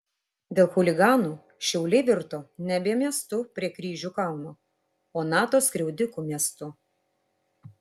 dėl chuliganų šiauliai virto nebe miestu prie kryžių kalno o nato skriaudikų miestu